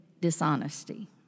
dishonesty